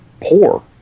poor